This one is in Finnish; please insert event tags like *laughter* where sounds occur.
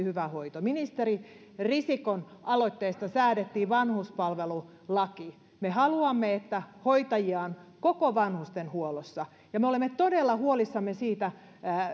*unintelligible* hyvä hoito ministeri risikon aloitteesta säädettiin vanhuspalvelulaki me haluamme että hoitajia on koko vanhustenhuollossa ja me olemme todella huolissamme